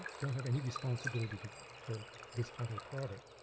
don't have any responsibility for for this other product.